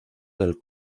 del